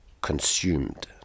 consumed